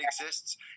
exists